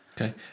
Okay